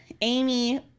Amy